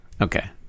okay